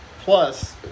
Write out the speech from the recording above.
plus